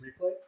replay